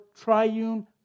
triune